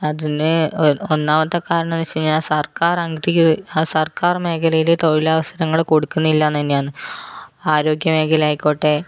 അതിന് ഒന്നാമത്തെ കാരണമെന്ന് വച്ച് കഴിഞ്ഞാൽ സർക്കാർ അംഗി സർക്കാർ മേഖലയിലെ തൊഴിലവസരങ്ങൾ കൊടുക്കുന്നില്ല എന്ന് തന്നെയാണ് ആരോഗ്യ മേഖലയായിക്കോട്ടെ